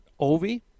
Ovi